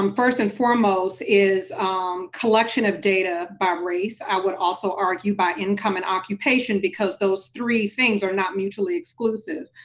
um first and foremost is um collection of data by race, i would also argue by income and occupation, because those three things are not mutually exclusive.